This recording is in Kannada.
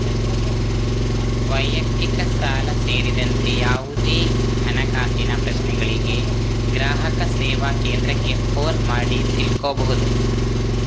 ವೈಯಕ್ತಿಕ ಸಾಲ ಸೇರಿದಂತೆ ಯಾವುದೇ ಹಣಕಾಸಿನ ಪ್ರಶ್ನೆಗಳಿಗೆ ಗ್ರಾಹಕ ಸೇವಾ ಕೇಂದ್ರಕ್ಕೆ ಫೋನು ಮಾಡಿ ತಿಳ್ಕೋಬಹುದು